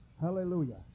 hallelujah